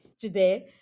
today